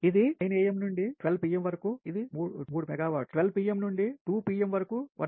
ఇది 3 megawatt 12 pm నుండి 2 pm వరకు 1